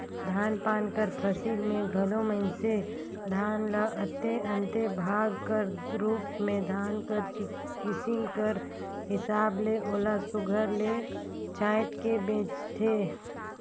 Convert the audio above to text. धान पान कर फसिल में घलो मइनसे धान ल अन्ते अन्ते भाग कर रूप में धान कर किसिम कर हिसाब ले ओला सुग्घर ले छांएट के बेंचथें